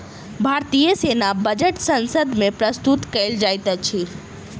भारतीय सेना बजट संसद मे प्रस्तुत कयल जाइत अछि